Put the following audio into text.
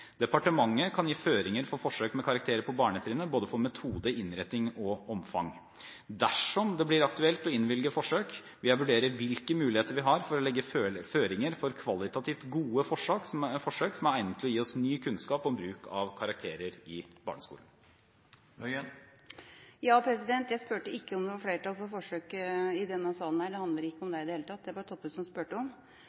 Departementet kan gi føringer for forsøk med karakterer på barnetrinnet, både for metode, innretning og omfang. Dersom det blir aktuelt å innvilge forsøk, vil jeg vurdere hvilke muligheter vi har for å legge føringer for kvalitativt gode forsøk som er egnet til å gi oss ny kunnskap om bruk av karakterer i barneskolen. Jeg spurte ikke om det var flertall for forsøk i denne salen. Det handler ikke om